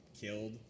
killed